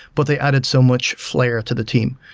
but they added so much flair to the team.